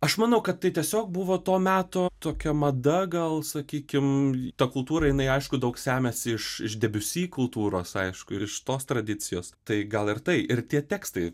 aš manau kad tai tiesiog buvo to meto tokia mada gal sakykim ta kultūra jinai aišku daug semiasi iš iš debiusi kultūros aišku ir iš tos tradicijos tai gal ir tai ir tie tekstai